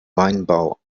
weinbau